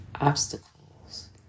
obstacles